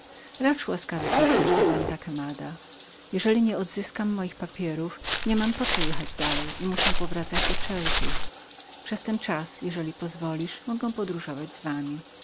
racz łaskawie posłać do venta quemadaventa quemada jeżeli nie odzyskam moich papierów niemam po co jechać dalej i muszę powracać do ceuty przez ten czas jeżeli pozwolisz mogę podróżować z wami